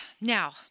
Now